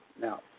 Now